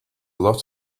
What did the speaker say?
lot